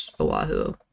Oahu